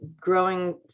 growing